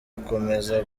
ugukomeza